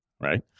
right